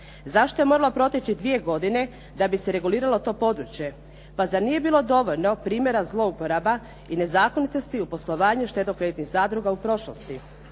Zašto je moralo proteći dvije godine da bi se reguliralo to područje? Pa zar nije bilo dovoljno primjera zlouporaba i nezakonitosti u poslovanju štedno-kreditnih zadruga u prošlosti?